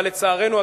אבל לצערנו,